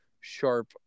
sharp